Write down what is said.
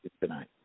tonight